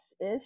ish